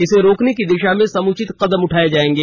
इसे रोकने की दिशा में समुचित कदम उठाए जाएंगे